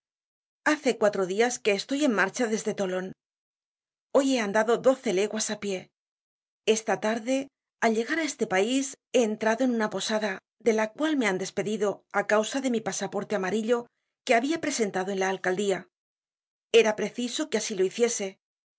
hace cuatro dias que estoy en marcha desde tolon hoy he andado doce leguas á pie esta tarde al llegar á este pais he entrado en una posada de la cual me han despedido á causa de mi pasaporte amarillo que habia presentado en la alcaldía era preciso que asi lo hiciese he